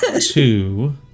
two